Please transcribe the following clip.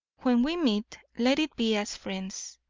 when we meet, let it be as friends,